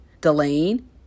delaying